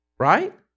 right